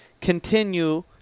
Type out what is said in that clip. continue